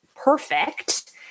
perfect